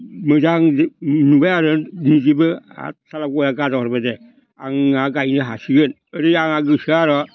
मोजां नुबाय आरो निजेबो आर साला गया गाजा हरबायदे आंहा गायनो हासिगोन बिदि आंना गोसोआ आर'